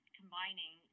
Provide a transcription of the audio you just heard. combining